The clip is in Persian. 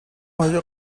آیا